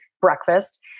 breakfast